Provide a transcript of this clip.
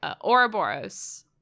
Ouroboros